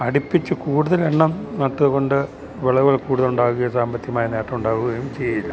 അടിപ്പിച്ച് കൂടുതൽ എണ്ണം നട്ടതുകൊണ്ട് വിളവു കൂടുതലുണ്ടാവുകയും സാമ്പത്തികമായി നേട്ടം ഉണ്ടാവുകയും ചെയ്യില്ല